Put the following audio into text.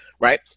right